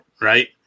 right